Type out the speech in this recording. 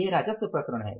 ये राजस्व प्रसरण हैं